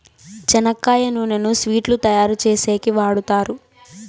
చెనక్కాయ నూనెను స్వీట్లు తయారు చేసేకి వాడుతారు